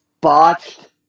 botched